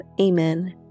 Amen